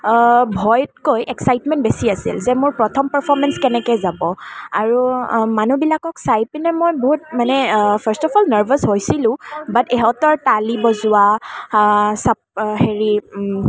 ভয়তকৈ excitement বেছি আছিল যে মোৰ প্ৰথম পাৰফৰ্মেন্স কেনেকুৱা যাব আৰু মানুবিলাকক চাই পিনে মই বহুত মানে ফাৰ্ষ্ট অ'ফ অ'ল নাৰ্ভাচ হৈছিলোঁ বাত ইহঁতৰ তালি বজোৱা হেৰি